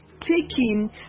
taking